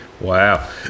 Wow